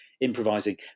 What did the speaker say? improvising